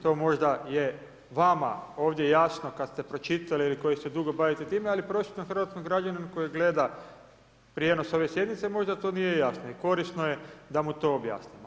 To možda je vama ovdje jasno kad ste pročitali ili koji se dugo bavite time, ali prosječnom hrvatskom građaninu koji gleda prijenos ove sjednice možda to nije jasno i korisno je da mu to objasnimo.